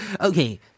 Okay